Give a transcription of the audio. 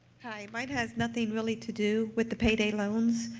hi, mine has nothing, really, to do with the payday loans.